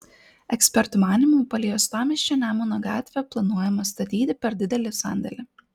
ekspertų manymu palei uostamiesčio nemuno gatvę planuojama statyti per didelį sandėlį